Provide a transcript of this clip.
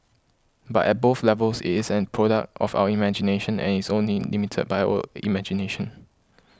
but at both levels it is a product of our imagination and it is only limited by imagination